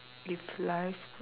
if life